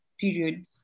period